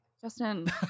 Justin